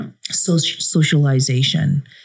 Socialization